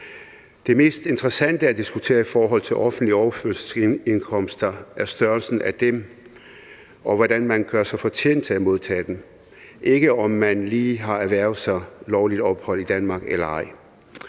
Det mest interessante at diskutere i forhold til offentlige overførselsindkomster er størrelsen af dem, og hvordan man gør sig fortjent til at modtage dem, ikke om man lige har erhvervet sig lovligt ophold i Danmark eller ej.